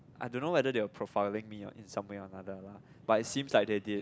I don't know whether their profiling me or in some way or another lah but it seems like they did